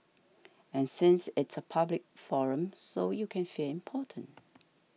and since it's a public forum so you can feel important